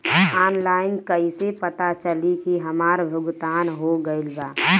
Online कईसे पता चली की हमार भुगतान हो गईल बा?